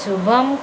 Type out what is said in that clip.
Shubham